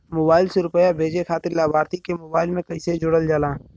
Mobile से रूपया भेजे खातिर लाभार्थी के मोबाइल मे कईसे जोड़ल जाला?